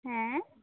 ᱦᱮᱸ